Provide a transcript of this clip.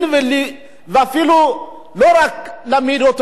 ואפילו לא רק להעמיד אותו לדין,